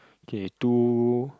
okay two